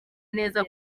neza